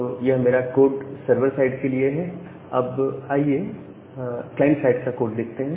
तो यह मेरा कोड सर्वर साइड के लिए है आइए अब क्लाइंट साइड का कोड देखते हैं